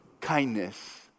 Kindness